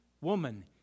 woman